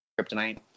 kryptonite